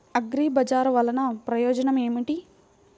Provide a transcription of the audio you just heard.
అగ్రిబజార్ వల్లన ప్రయోజనం ఏమిటీ?